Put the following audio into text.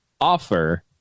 offer